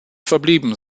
verblieben